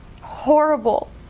Horrible